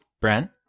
Brent